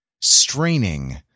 Straining